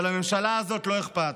אבל לממשלה הזאת לא אכפת,